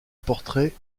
portraits